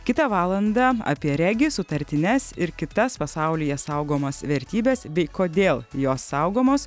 kitą valandą apie regis sutartines ir kitas pasaulyje saugomas vertybes bei kodėl jos saugomos